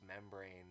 membrane